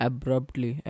Abruptly